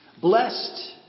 Blessed